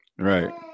right